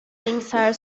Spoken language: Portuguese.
pensar